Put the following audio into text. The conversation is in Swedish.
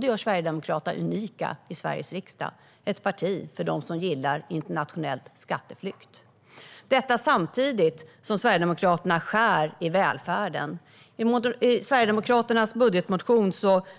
Det gör Sverigedemokraterna unika i Sveriges riksdag. Det är ett parti för dem som gillar internationell skatteflykt. Detta samtidigt som Sverigedemokraterna skär i välfärden. I Sverigedemokraternas budgetmotion